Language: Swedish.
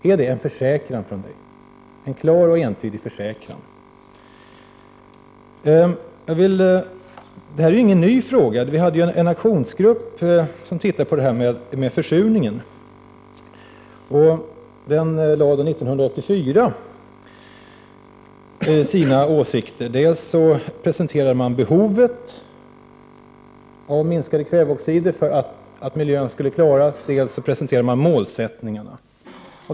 Är det en klar och entydig försäkran från Birgitta Dahl? Det här är ju ingen ny fråga. Vi hade en aktionsgrupp som såg på problemet med försurningen. Den gruppen framlade 1984 sina åsikter. Dels presenterade man behovet av minskning av kväveoxiderna för att miljön skulle klaras, dels presenterade man målsättningarna.